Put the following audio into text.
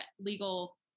legal